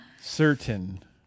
certain